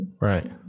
Right